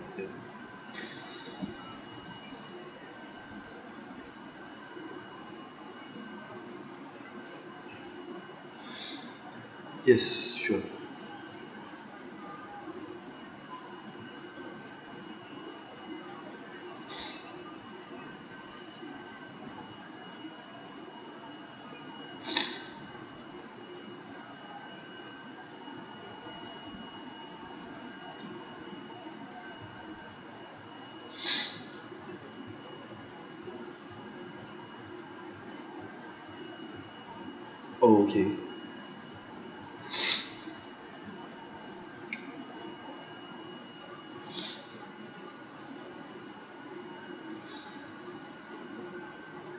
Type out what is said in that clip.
yes sure oh okay